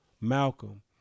Malcolm